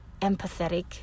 empathetic